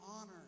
honor